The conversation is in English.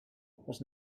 was